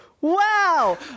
Wow